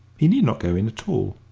he need not go in at all.